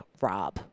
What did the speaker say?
Rob